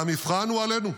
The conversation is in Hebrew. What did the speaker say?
והמבחן הוא עלינו.